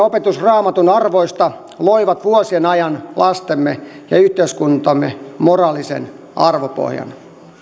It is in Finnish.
opetus raamatun arvoista loivat vuosien ajan lastemme ja yhteiskuntamme moraalisen arvopohjan